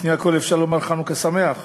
לפני הכול, אפשר לומר חנוכה שמח.